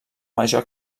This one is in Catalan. major